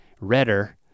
Redder